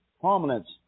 prominence